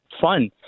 fun